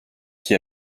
qui